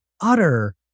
utter